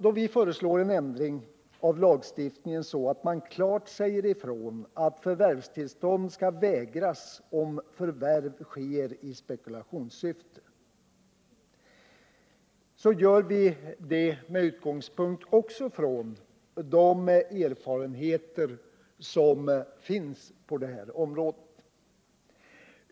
Då vi föreslår en ändring av lagen så att man klart säger ifrån att förvärvstillstånd skall vägras om förvärv sker i spekulationssyfte, gör vi det med utgångspunkt i de erfarenheter som finns på detta område.